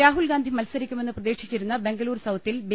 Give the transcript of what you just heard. Rahul Gandhi ്രമത്സരിക്കുമെന്ന് പ്രതീക്ഷിച്ചിരുന്ന ബംഗുളൂർ സൌത്തിൽ B